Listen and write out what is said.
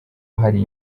hari